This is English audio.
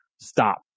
stop